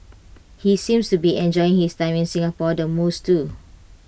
he seems to be enjoying his time in Singapore the most too